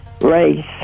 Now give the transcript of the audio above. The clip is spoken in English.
race